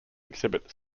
exhibit